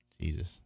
Jesus